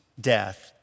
death